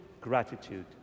Gratitude